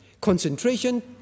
concentration